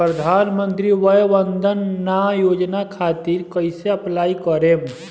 प्रधानमंत्री वय वन्द ना योजना खातिर कइसे अप्लाई करेम?